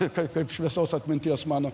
kaip kaip šviesaus atminties mano